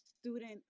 student